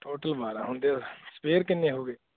total ਬਾਰਾਂ ਹੁੰਦੇ spare ਕਿੰਨੇ ਹੋ ਗਏ